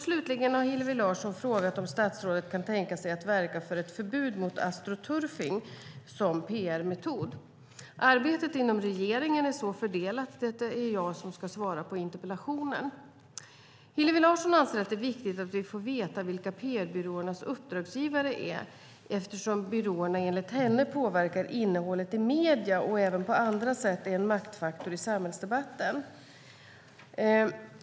Slutligen har Hillevi Larsson frågat om statsrådet kan tänka sig att verka för ett förbud mot astroturfing som PR-metod. Arbetet inom regeringen är så fördelat att det är jag som ska svara på interpellationen. Hillevi Larsson anser att det är viktigt att vi får veta vilka PR-byråernas uppdragsgivare är, eftersom byråerna enligt henne påverkar innehållet i medierna och även på andra sätt är en maktfaktor i samhällsdebatten.